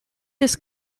this